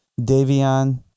davion